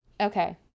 Okay